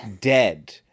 Dead